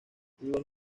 los